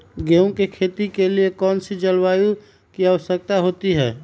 गेंहू की खेती के लिए कौन सी जलवायु की आवश्यकता होती है?